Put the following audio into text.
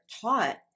taught